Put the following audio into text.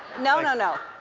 no, no, no.